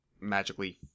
magically